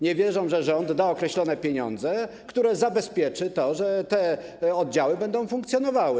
Nie wierzą, że rząd da określone pieniądze, które zabezpieczą to, że te oddziały będą funkcjonowały.